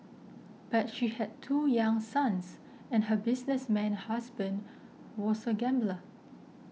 but she had two young sons and her businessman husband was a gambler